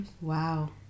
Wow